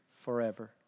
forever